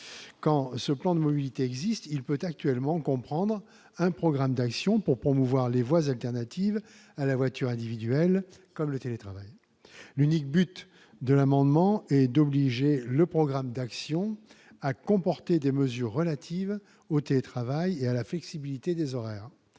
Quand ce plan existe, il peut comprendre un programme d'actions pour promouvoir les voies alternatives à la voiture individuelle, comme le télétravail. L'unique finalité de cet amendement est que ce programme d'actions comporte obligatoirement des mesures relatives au télétravail et à la flexibilité des horaires.